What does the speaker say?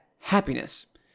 happiness